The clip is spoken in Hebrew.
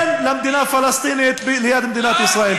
"כן" למדינה פלסטינית ליד מדינת ישראל.